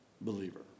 believer